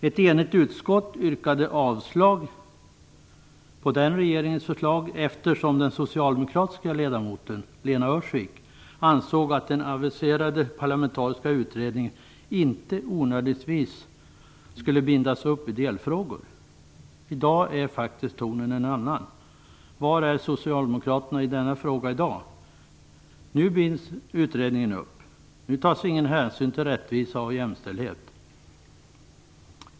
Ett enigt utskott yrkade avslag på den regeringens förslag eftersom den socialdemokratiska ledamoten Lena Öhrsvik ansåg att den aviserade parlamentariska utredningen inte onödigtvis skulle bindas upp i delfrågor. I dag är tonen en annan. Var är socialdemokraterna i denna fråga i dag? Nu binds utredningen upp. Nu tas ingen hänsyn till rättvisa och jämställdhet.